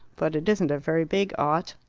but it isn't a very big ought.